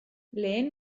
lehen